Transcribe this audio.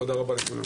תודה רבה.